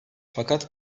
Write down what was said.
fakat